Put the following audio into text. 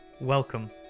Welcome